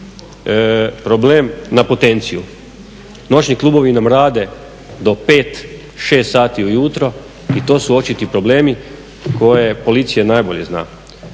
problem na potenciju. Noćni klubovi nam rade do 5, 6 sati ujutro i to su očiti probleme koje policija najbolje zna.